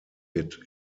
wird